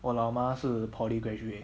我老妈是 poly graduate